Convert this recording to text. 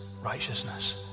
righteousness